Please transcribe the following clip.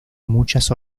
muchas